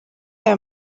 aya